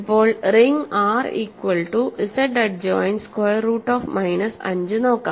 ഇപ്പോൾ ring R equal to Z adjoint square root of minus 5 നോക്കാം